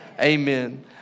Amen